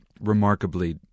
remarkably